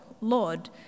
Lord